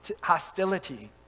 hostility